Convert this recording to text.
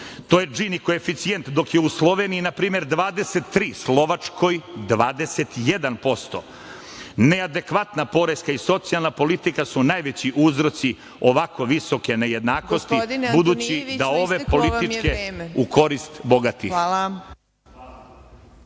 To je džini koeficijent, dok je u Sloveniji, na primer, 23%, Slovačkoj 21%. Neadekvatna poreska i socijalna politika su najveći uzroci ovako visoke nejednakosti, budući da ove političke, u korist bogatih. **Marina